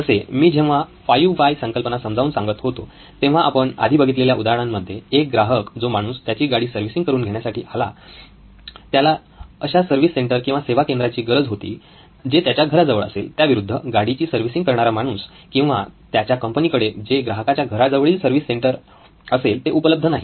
जसे मी जेव्हा फाइव व्हाय संकल्पना समजावून सांगत होतो तेव्हा आपण आधी बघितलेल्या उदाहरणांमध्ये एक ग्राहक जो माणूस त्याची गाडी सर्विसिंग करून घेण्यासाठी त्याला एका अशा सर्विस सेंटर किंवा सेवा केंद्राची गरज होती जे त्याच्या घराजवळ असेल त्याविरुद्ध गाडीची सर्विसिंग करणारा माणूस किंवा त्याच्या कंपनीकडे तसे ग्राहकाच्या घराजवळील सर्विस सेंटर उपलब्ध नाही